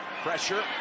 pressure